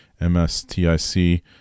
MSTIC